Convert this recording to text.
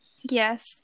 Yes